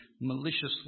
maliciously